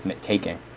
taking